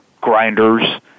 grinders